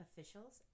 officials